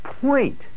point